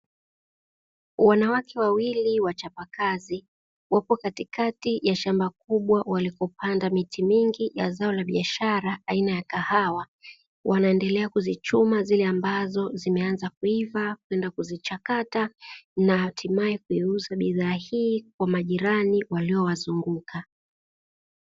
Wanawake wawili wachapakazi wapo katikati ya shamba kubwa walikopanda miti mingi ya zao la biashara aina ya kahawa, wanaendelea kuzichuma zile ambazo zimeanza kuiva kwenda kuzichakata na hatimaye kuiuza bidhaa hii kwa majirani waliowazunguka.